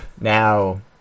now